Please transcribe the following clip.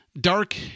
Dark